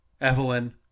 Evelyn